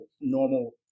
normal